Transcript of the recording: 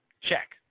check